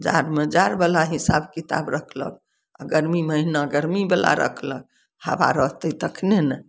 जाड़मे जाड़ बाला हिसाब किताब रखलक आ गर्मी महिना गर्मी बाला रखलक हवा रहतै तखने ने